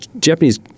Japanese